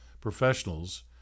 professionals